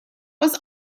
was